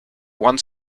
one